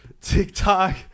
TikTok